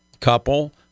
couple